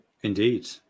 Indeed